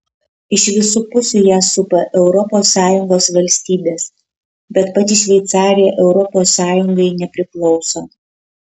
iš visų pusių ją supa europos sąjungos valstybės bet pati šveicarija europos sąjungai nepriklauso